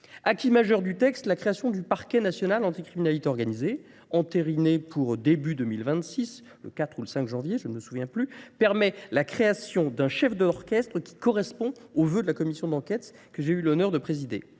À qui majeure du texte, la création du Parquet National Anticriminalite Organisée, entérinée pour début 2026, le 4 ou le 5 janvier, je ne me souviens plus, permet la création d'un chef d'orchestre qui correspond au vœu de la commission d'enquête que j'ai eu l'honneur de présider.